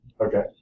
Okay